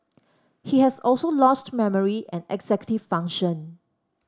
he has also lost memory and executive function